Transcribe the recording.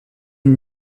une